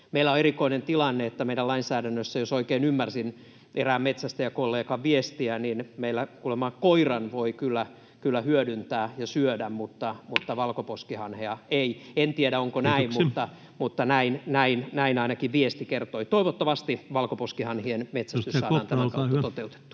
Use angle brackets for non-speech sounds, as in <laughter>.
Meillä on erikoinen tilanne, että meidän lainsäädännössä, jos oikein ymmärsin erään metsästäjäkollegan viestiä, kuulemma koiran voi kyllä hyödyntää ja syödä, <noise> mutta valkoposkihanhea ei. En tiedä, onko näin, [Puhemies: Kiitoksia!] mutta näin ainakin viesti kertoi. Toivottavasti valkoposkihanhien metsästys saadaan tämän kautta toteutettua.